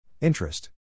Interest